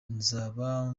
nzaba